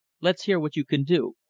let's hear what you can do.